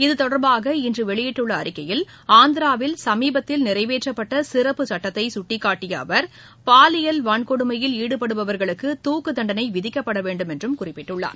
இது தொடர்பாக இன்று வெளியிட்டுள்ள அறிக்கையில் ஆந்திராவில் சமீபத்தில் நிறைவேற்றப்பட்ட சிறப்பு சுட்டத்தை சுட்டிக்காட்டிய அவர் பாலியில் வன்கொடுமையில் ஈடுபடுபவர்களுக்கு தூக்குத் தண்டனை விதிக்கப்பட வேண்டும் என்றும் குறிப்பிட்டுள்ளார்